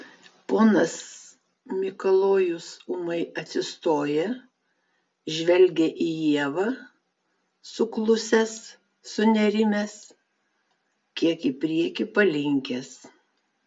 ponas mikalojus ūmai atsistoja žvelgia į ievą suklusęs sunerimęs kiek į priekį palinkęs